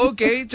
Okay